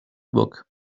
book